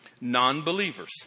non-believers